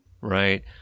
Right